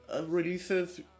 releases